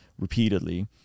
repeatedly